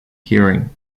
hearing